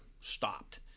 stopped